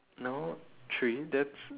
no three that's